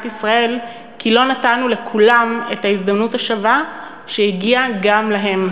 ישראל כי לא נתנו לכולם את ההזדמנות השווה שהגיעה גם להם.